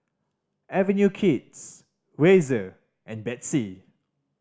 Avenue Kids Razer and Betsy